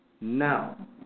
Now